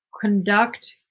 conduct